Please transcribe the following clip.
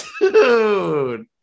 Dude